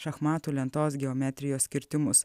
šachmatų lentos geometrijos kirtimus